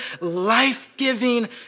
life-giving